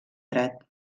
dret